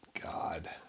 God